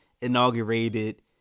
inaugurated